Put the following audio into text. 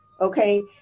Okay